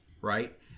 right